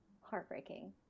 heartbreaking